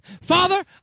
Father